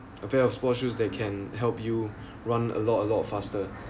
a pair of sports shoes that can help you run a lot a lot faster